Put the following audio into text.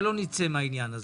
אבל לא נצא מהעניין הזה.